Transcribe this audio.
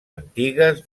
antigues